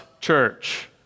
church